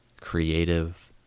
creative